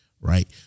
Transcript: right